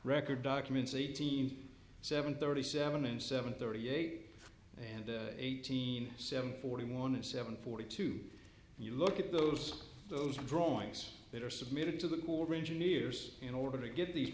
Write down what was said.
record documents eighteen seven thirty seven and seven thirty eight and eighteen seven forty one and seven forty two and you look at those those drawings that are submitted to the cool range nears in order to get the